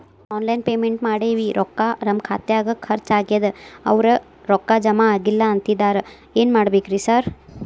Online payment ಮಾಡೇವಿ ರೊಕ್ಕಾ ನಮ್ ಖಾತ್ಯಾಗ ಖರ್ಚ್ ಆಗ್ಯಾದ ಅವ್ರ್ ರೊಕ್ಕ ಜಮಾ ಆಗಿಲ್ಲ ಅಂತಿದ್ದಾರ ಏನ್ ಮಾಡ್ಬೇಕ್ರಿ ಸರ್?